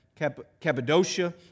Cappadocia